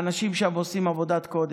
האנשים שם עושים עבודת קודש,